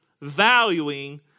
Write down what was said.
valuing